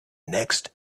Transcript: next